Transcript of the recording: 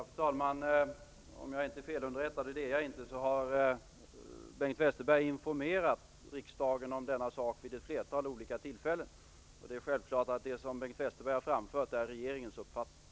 Fru talman! Om jag inte är felunderrättad, och det är jag inte, har Bengt Westerberg informerat riksdagen om detta vid ett flertal olika tillfällen. Det är självklart att det som Bengt Westerberg har framfört är regeringens uppfattning.